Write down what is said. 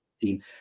team